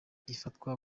ifatwa